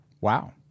Wow